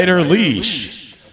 leash